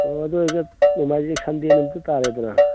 ꯑꯣ ꯑꯗꯨ ꯑꯣꯏꯔꯒ ꯅꯣꯡꯃꯥꯏꯖꯤꯡ ꯁꯟꯗꯦ ꯅꯨꯃꯤꯠꯇ ꯇꯥꯔꯦꯗꯅ